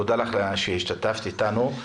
תודה לך שהשתתפת איתנו.